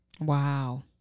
Wow